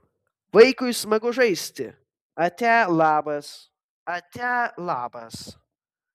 vaikui smagu žaisti atia labas atia labas